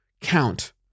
count